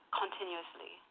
continuously